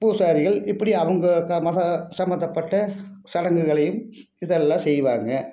பூசாரிகள் இப்படி அவங்க க மத சம்பந்தப்பட்ட சடங்குகளையும் இதெல்லாம் செய்வாங்க